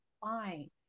fine